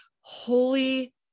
holy